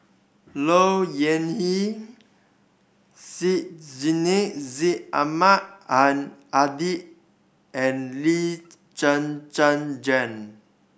Low Yen Ling Syed Sheikh Syed Ahmad Al Hadi and Lee Zhen Zhen Jane